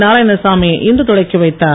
நாராயணசாமி இன்று தொடக்கி வைத்தார்